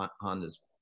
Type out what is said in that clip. Honda's